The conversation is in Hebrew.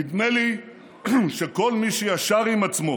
נדמה לי שכל מי שישר עם עצמו